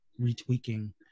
retweaking